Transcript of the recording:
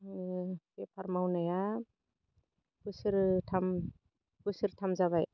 इदिनो बेफार मावनाया बोसोरथाम बोसोरथाम जाबाय